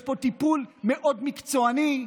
יש פה טיפול מאוד מקצועני,